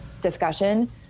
discussion